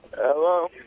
Hello